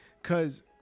Cause